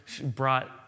brought